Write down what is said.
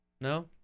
No